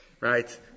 right